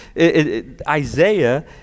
Isaiah